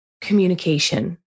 communication